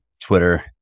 Twitter